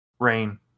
Rain